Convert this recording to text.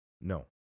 No